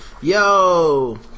Yo